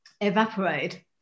evaporate